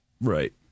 Right